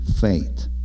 faith